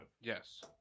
Yes